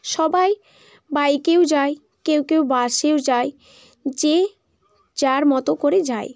সবাই বাইকেও যায় কেউ কেউ বাসেও যায় যে যার মতো করে যায়